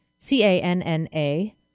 C-A-N-N-A